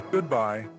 Goodbye